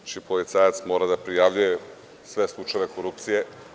Znači, policajac mora da prijavljuje sve slučajeve korupcije.